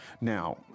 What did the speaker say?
Now